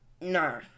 No